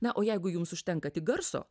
na o jeigu jums užtenka tik garso